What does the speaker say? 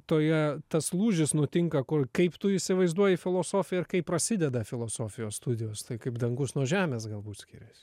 toje tas lūžis nutinka kol kaip tu įsivaizduoji filosofiją ir kai prasideda filosofijos studijos tai kaip dangus nuo žemės galbūt skirias